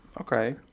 Okay